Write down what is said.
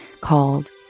called